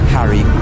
Harry